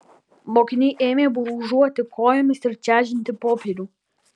mokiniai ėmė brūžuoti kojomis ir čežinti popierių